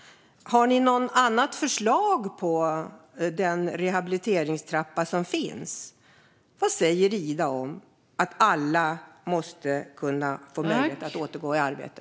Har Vänsterpartiet något annat förslag än den rehabiliteringstrappa som finns? Vad säger Ida om att alla måste få möjlighet att återgå i arbete?